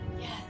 Yes